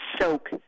soak